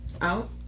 Out